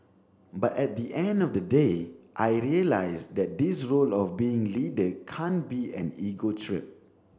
but at the end of the day I realised that this role of being leader can't be an ego trip